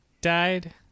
Died